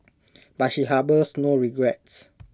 but she harbours no regrets